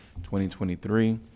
2023